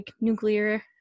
nuclear